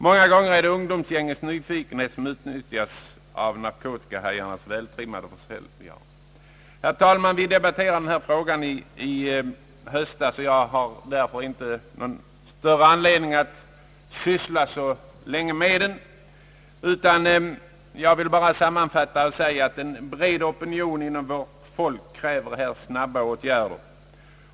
Många gånger är det ungdomsgängets nyfikenhet som utnyttjas av narkotikahajarnas vältrimmade försäljare. Herr talman! Vi debatterade denna fråga i höstas, och jag har därför ingen större anledning att nu syssla så länge med den. Jag vill bara sammanfattande säga, att en bred opinion inom vår folk här kräver snabba åtgärder.